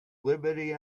liberty